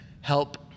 help